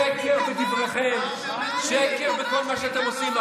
שקר בדבריכם, שקר בכל מה שאתם עושים.